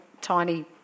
tiny